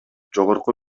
жогорку